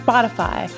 Spotify